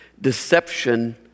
Deception